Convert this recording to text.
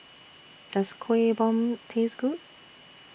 Does Kueh Bom Taste Good